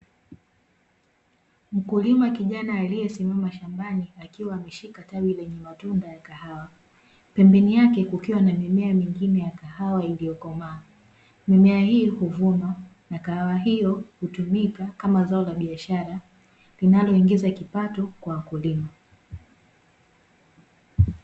Mkulima kijana aliye simama shambani akiwa ameshika tawi lenye matunda ya kahawa , pembeni yake kukiwa na mimea mingine ya kahawa iliyo komaa, mimea hii huvunwa na kahawa hiyo hutumika kama zao la biashara linalo ingiza kipato kwa wakulima.